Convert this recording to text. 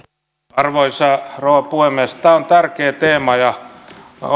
arvoisa rouva puhemies tämä on tärkeä teema ja minä